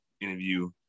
interview